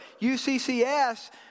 UCCS